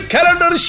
Calendar